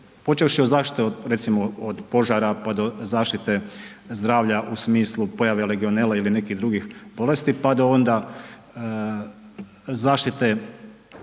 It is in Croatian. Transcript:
počevši od zaštite od, recimo od požara, pa do zaštite zdravlja u smislu pojave legionele ili nekih drugih bolesti, pa do onda zaštite